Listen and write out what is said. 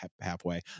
halfway